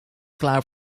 klaar